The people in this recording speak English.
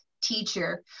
teacher